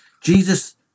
Jesus